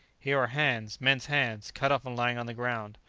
here are hands, men's hands, cut off and lying on the ground!